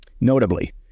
Notably